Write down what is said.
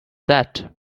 that